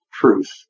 truth